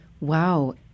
Wow